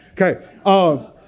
Okay